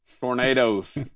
tornadoes